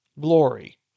glory